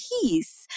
peace